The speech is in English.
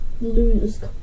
Lose